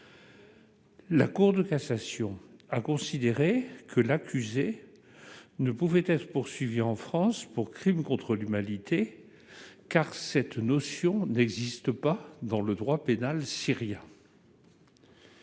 La Cour de cassation a considéré que l'accusé ne pouvait être poursuivi en France pour crimes contre l'humanité car cette notion n'existe pas dans le droit pénal syrien.